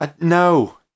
No